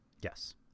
Yes